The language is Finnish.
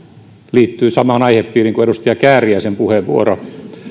liittyy samaan aihepiiriin kuin edustaja kääriäisen puheenvuoro